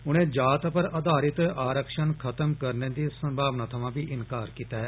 उनें जात पर आधारित आरंक्षण खत्म करने दी संभावना थ्मां बी इंनकार कीत्ता ऐ